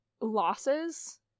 losses